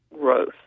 growth